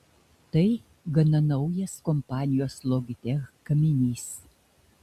tai gana naujas kompanijos logitech gaminys